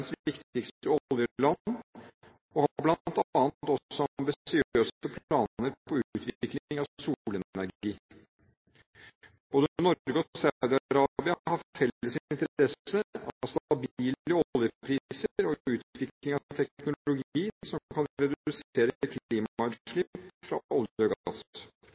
oljeland og har bl.a. også ambisiøse planer for utvikling av solenergi. Både Norge og Saudi-Arabia har felles interesse av stabile oljepriser og utvikling av teknologi som kan redusere klimautslipp fra olje og gass.